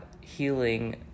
healing